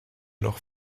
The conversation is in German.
noch